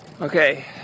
Okay